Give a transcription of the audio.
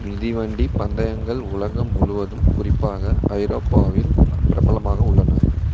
மிதிவண்டி பந்தயங்கள் உலகம் முழுவதும் குறிப்பாக ஐரோப்பாவில் பிரபலமாக உள்ளன